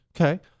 okay